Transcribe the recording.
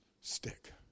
stick